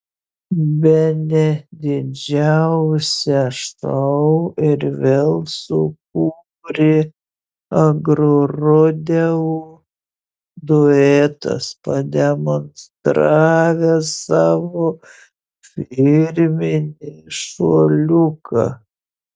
bene didžiausią šou ir vėl sukūrė agrorodeo duetas pademonstravęs savo firminį šuoliuką